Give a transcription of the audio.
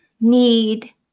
Need